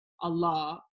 Allah